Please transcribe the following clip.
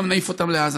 גם נעיף אותם לעזה.